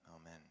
Amen